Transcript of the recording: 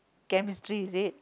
chemistry is it